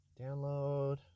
Download